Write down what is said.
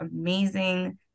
amazing